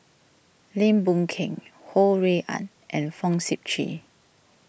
Lim Boon Keng Ho Rui An and Fong Sip Chee